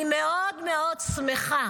אני מאוד מאוד שמחה